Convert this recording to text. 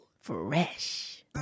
Fresh